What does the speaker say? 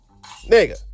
Nigga